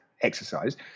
exercise